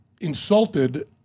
insulted